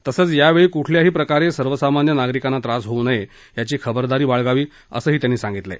तसंच यावेळी कुठल्याही प्रकारे सर्वसामान्य नागरिकांना त्रास होऊ नये याची खबरदारी बाळगावी असंही त्यांनी सांगितलं आहे